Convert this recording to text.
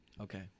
Okay